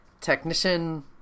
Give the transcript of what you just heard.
Technician